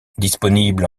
disponible